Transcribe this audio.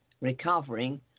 recovering